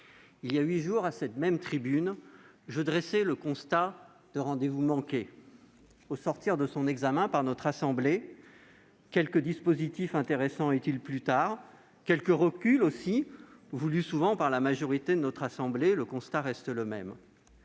Voilà huit jours, à cette même tribune, je dressais le constat d'un rendez-vous manqué. Au sortir de son examen par notre assemblée, quelques dispositifs intéressants utiles plus tard, mais aussi après quelques reculs voulus souvent par la majorité de notre assemblée, le constat reste le même.